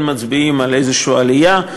כן מצביעים על עלייה כלשהי.